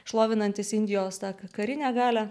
šlovinantis indijos tą karinę galią